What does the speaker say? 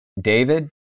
David